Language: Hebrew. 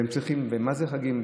מה זה חגים?